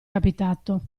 capitato